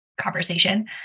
conversation